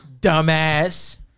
dumbass